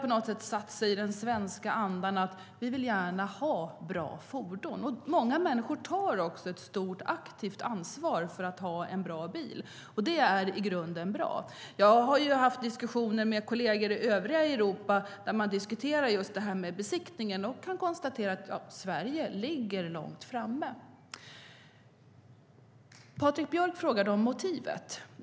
Det har satt sig i det svenska medvetandet att vi gärna vill ha bra fordon. Många människor tar också ett stort, aktivt ansvar för att ha en bra bil. Det är i grunden bra. Jag har haft diskussioner med kolleger i övriga Europa om just besiktningen och kan konstatera att Sverige ligger långt framme. Patrik Björck frågade om motivet.